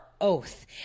oath